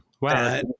Wow